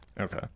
Okay